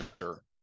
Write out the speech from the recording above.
sure